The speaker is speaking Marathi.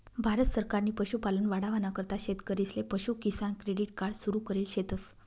भारत सरकारनी पशुपालन वाढावाना करता शेतकरीसले पशु किसान क्रेडिट कार्ड सुरु करेल शेतस